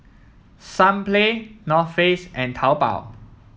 Sunplay North Face and Taobao